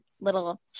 little